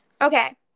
Okay